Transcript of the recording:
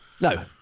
no